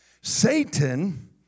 Satan